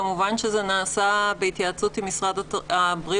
כמובן זה נעשה בהתייעצות עם משרד הבריאות,